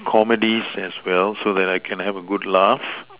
comedies as well so that I can have a good laugh